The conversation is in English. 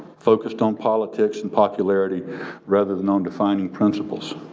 focused on politics and popularity rather than on defining principles.